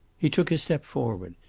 he took a step forward.